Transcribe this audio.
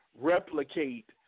replicate